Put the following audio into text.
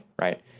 right